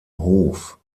hof